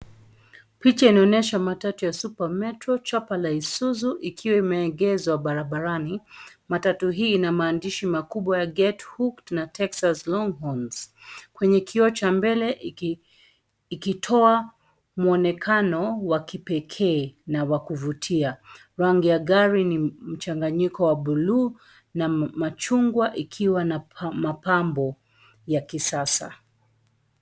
Picha inaonyesha matatu ya super metro chapa la isuzu ikiwa imeegezwa barabarani. Matatu hii ina maandishi makubwa ya get hooked na texas longhorns kwenye kioo cha mbele ikitoa muonekano wa kipekee na wa kuvutia. Rangi ya gari ni mchanganyiko wa buluu na machungwa ikiwa na mapambo ya kisasa.